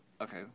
Okay